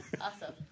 Awesome